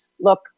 look